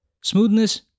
Smoothness